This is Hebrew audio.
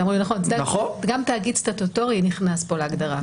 גם תאגיד סטטוטורי נכנס פה להגדרה.